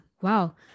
Wow